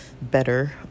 better